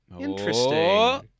Interesting